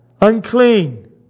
Unclean